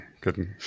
good